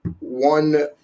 one